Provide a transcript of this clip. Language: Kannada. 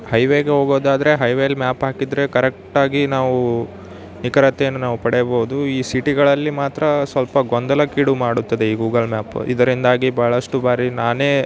ಹೈವೇಗೆ ಹೋಗೋದಾದರೆ ಹೈವೆಲಿ ಮ್ಯಾಪ್ ಹಾಕಿದರೆ ಕರೆಕ್ಟಾಗಿ ನಾವು ನಿಖರತೆಯನ್ನು ನಾವು ಪಡೆಯಬೌದು ಈ ಸಿಟಿಗಳಲ್ಲಿ ಮಾತ್ರ ಸ್ವಲ್ಪ ಗೊಂದಲಕ್ಕೀಡು ಮಾಡುತ್ತದೆ ಈ ಗೂಗಲ್ ಮ್ಯಾಪು ಇದರಿಂದಾಗಿ ಬಹಳಷ್ಟು ಬಾರಿ ನಾನೇ